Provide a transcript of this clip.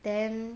then